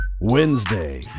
Wednesday